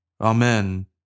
Amen